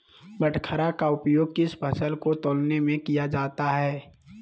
बाटखरा का उपयोग किस फसल को तौलने में किया जाता है?